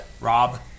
Rob